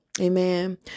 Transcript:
Amen